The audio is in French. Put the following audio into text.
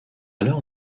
leur